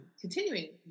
continuing